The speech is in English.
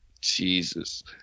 Jesus